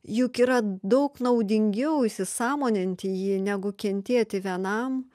juk yra daug naudingiau įsisąmoninti jį negu kentėti vienam